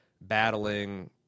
battling